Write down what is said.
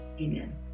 amen